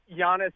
Giannis